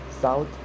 south